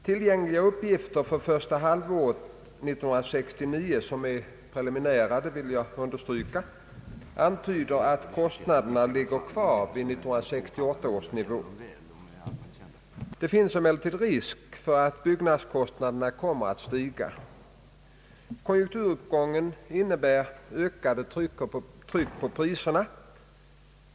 Tillgängliga uppgifter för första halvåret 1969, som är preliminära — det vill jag understryka — antyder att kostnaderna ligger kvar på 1968 års nivå. Det finns emellertid risk för att byggnadskostnaderna kommer att stiga. Konjunkturuppgången innebär ökat tryck på priserna.